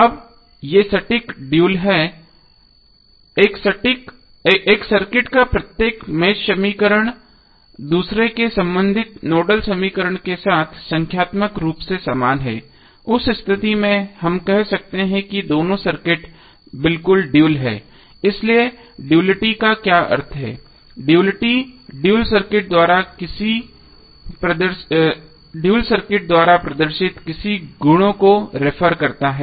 अब ये सटीक ड्यूल हैं एक सर्किट का प्रत्येक मेष समीकरण दूसरे के संबंधित नोडल समीकरण के साथ संख्यात्मक रूप से समान है उस स्थिति में हम कह सकते हैं कि दोनों सर्किट बिल्कुल ड्यूल हैं इसलिए ड्युअलिटी का क्या अर्थ है ड्युअलिटी ड्यूल सर्किट द्वारा प्रदर्शित किसी गुणों को रेफेर करता है